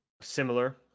similar